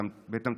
בתמצית,